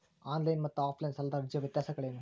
On line ಮತ್ತು offline ಸಾಲದ ಅರ್ಜಿಯ ವ್ಯತ್ಯಾಸಗಳೇನು?